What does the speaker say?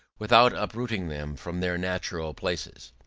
without uprooting them from their natural places.